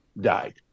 died